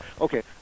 okay